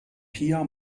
pia